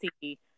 see